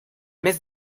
mes